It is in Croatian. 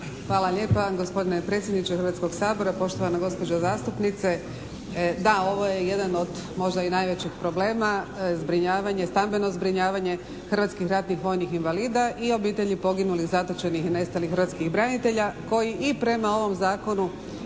Hvala lijepa gospodine predsjedniče Hrvatskog sabora, poštovana gospođo zastupnice. Da, ovo jedan od možda i najvećih problema zbrinjavanje, stambeno zbrinjavanje hrvatskih ratnih vojnih invalida i obitelji poginulih, zatočenih, nestalih hrvatskih branitelja koji i prema ovom zakonu